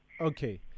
okay